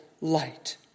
light